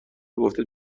گفته